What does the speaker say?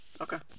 Okay